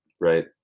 right